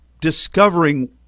discovering